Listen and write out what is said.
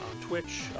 Twitch